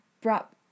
brought